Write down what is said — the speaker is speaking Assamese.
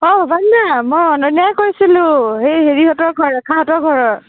অঁ দা মই অনন্যাই কৈছিলোঁ এই হেৰিহঁতৰ ঘৰৰ এই ৰেখাহঁতৰ ঘৰৰ